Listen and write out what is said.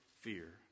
fear